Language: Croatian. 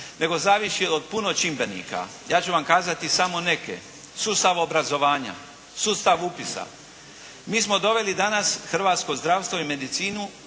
nego zavisi o puno čimbenika. Ja ću vam kazati samo neke, sustav obrazovanja, sustav upisa. Mi smo doveli danas hrvatsko zdravstvo i medicinu